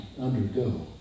undergo